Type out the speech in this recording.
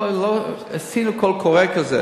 עשינו קול קורא כזה,